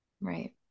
Right